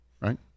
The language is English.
Right